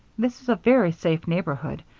this is a very safe neighborhood,